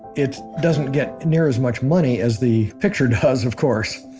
it doesn't get near as much money as the picture does of course.